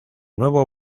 nuevo